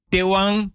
Tewang